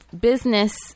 business